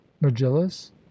megillus